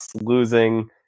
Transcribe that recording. losing